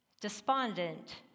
Despondent